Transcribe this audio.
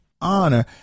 honor